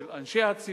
של אנשי הציבור,